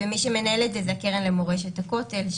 מי שמנהל את זה היא הקרן למורשת הכותל,